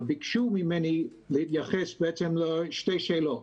ביקשו ממני להתייחס לשתי שאלות